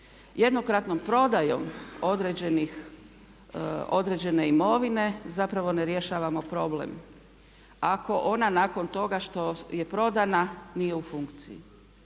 Jednokratnom prodajom određene imovine zapravo ne rješavamo problem ako ona nakon toga što je prodana nije u funkciji.